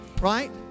right